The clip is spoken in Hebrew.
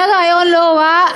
זה רעיון לא רע.